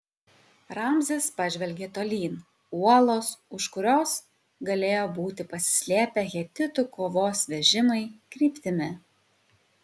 ramzis pažvelgė tolyn uolos už kurios galėjo būti pasislėpę hetitų kovos vežimai kryptimi